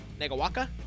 Nega'waka